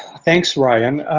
thanks ryan.